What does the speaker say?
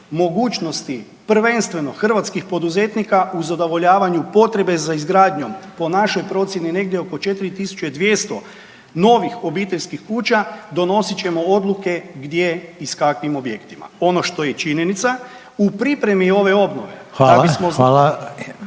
mogućnosti, prvenstveno hrvatskih poduzetnika u zadovoljavanju potrebe za izgradnjom, po našoj procjeni negdje oko 4 200 novih obiteljskih kuća, donosit ćemo odluke gdje i s kakvim objektima. Ono što je činjenica, u pripremi ove obnove… **Reiner,